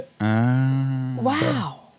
Wow